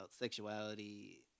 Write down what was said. sexuality